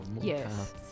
Yes